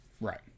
Right